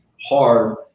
hard